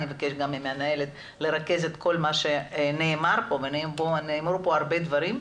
אבקש גם מהמנהלת לרכז את כל מה שנאמר פה ונאמרו כאן הרבה דברים,